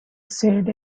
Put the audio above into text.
sad